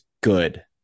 good